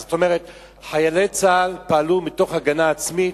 זאת אומרת, חיילי צה"ל פעלו מתוך הגנה עצמית,